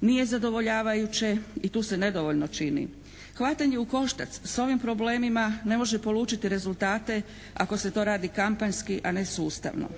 nije zadovoljavajuće i tu se nedovoljno čini. Hvatanje ukoštac s ovim problemima ne može polučiti rezultate ako se to radi kampanjski a ne sustavno.